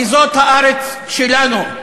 כי זאת הארץ שלנו.